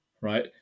right